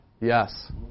Yes